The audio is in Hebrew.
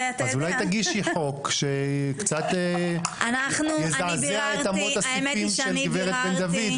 אז אולי תגישי חוק, שקצת יזעזע את אמות הסיפין.